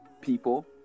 people